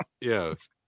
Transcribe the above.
Yes